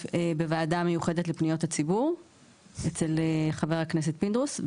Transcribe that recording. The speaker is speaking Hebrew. בוועדה מיוחדת לפניות הציבור בחבר הכנסת פינדרוס,